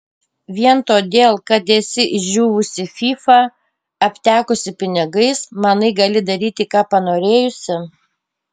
vien todėl kad esi išdžiūvusi fyfa aptekusi pinigais manai gali daryti ką panorėjusi